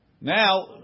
Now